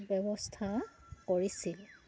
ব্যৱস্থা কৰিছিল